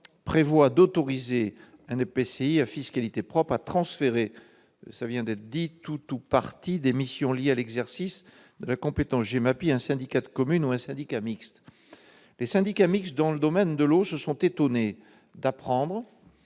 tend à autoriser un EPCI à fiscalité propre à transférer tout ou partie des missions liées à l'exercice de la compétence GEMAPI à un syndicat de communes ou un syndicat mixte. Les syndicats mixtes du secteur de l'eau se sont étonnés d'apprendre